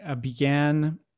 began